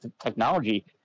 technology